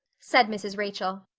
said mrs. rachel.